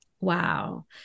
Wow